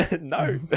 no